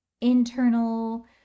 internal